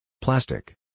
Plastic